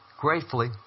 Gratefully